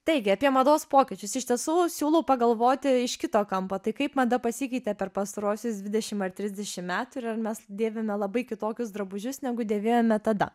taigi apie mados pokyčius iš tiesų siūlau pagalvoti iš kito kampo tai kaip mada pasikeitė per pastaruosius dvidešim ar trisdešim metų ir mes dėvime labai kitokius drabužius negu dėvėjome tada